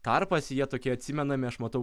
tarpas jie tokie atsimename aš matau